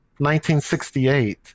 1968